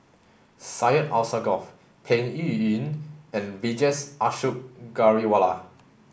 Syed Alsagoff Peng Yuyun and Vijesh Ashok Ghariwala